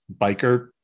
biker